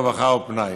רווחה ופנאי".